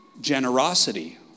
generosity